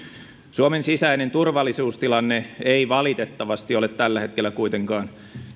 suomen sisäinen turvallisuustilanne ei valitettavasti ole tällä hetkellä kuitenkaan